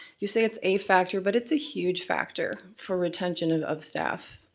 you say it's a factor, but it's a huge factor for retention of of staff.